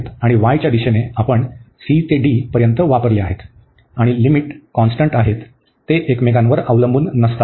आणि y च्या दिशेने आपण c ते d पर्यंत वापरले आहेत आणि लिमिट कॉन्स्टंट आहेत ते एकमेकांवर अवलंबून नसतात